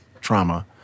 trauma